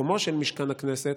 מקומו של משכן הכנסת,